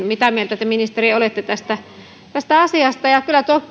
mitä mieltä te ministeri olette tästä asiasta kyllä tuo